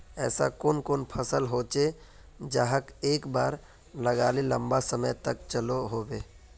ऐसा कुन कुन फसल होचे जहाक एक बार लगाले लंबा समय तक चलो होबे?